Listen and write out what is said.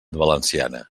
valenciana